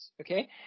okay